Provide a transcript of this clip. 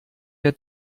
der